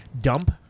dump